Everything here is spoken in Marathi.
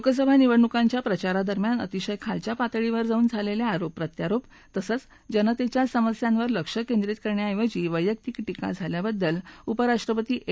लोकसभा निवडणुकांच्या प्रचारादरम्यान अतिशय खालच्या पातळीवर जाऊन झालेले आरोप प्रत्यारोप तसंच जनतेच्या समस्यांवर लक्ष केंद्रित करण्याऐवजी वैयक्तीक टीका झाल्याबद्दल उपराष्ट्रपती एम